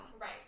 Right